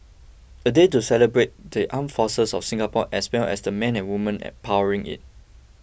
a day to celebrate the armed forces of Singapore as well as the men and women and powering it